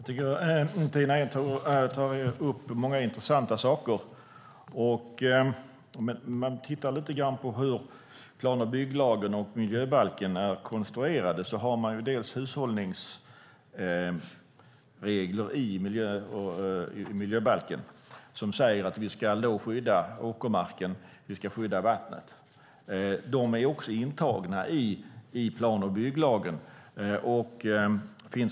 Herr talman! Jag tycker att Tina Ehn tar upp många intressanta saker. Låt oss titta lite på hur plan och bygglagen och miljöbalken är konstruerade. Det finns hushållningsregler i miljöbalken som säger att vi ska skydda åkermarken och vattnet. De är också intagna i plan och bygglagen.